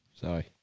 sorry